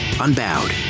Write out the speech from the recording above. unbowed